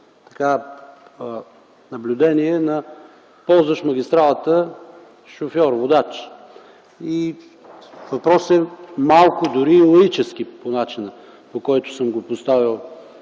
наблюдение на ползващ магистралата шофьор-водач. Въпросът малко дори е лаически по начина, по който съм го поставил.